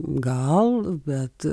gal bet